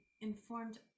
informed